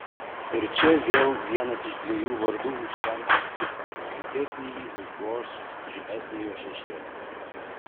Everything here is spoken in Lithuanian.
ir čia vėl vienas iš dviejų vardų užtemdys kitą menkesnįjį užgoš žymesniojo šešėlis